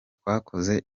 twakoze